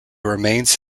remains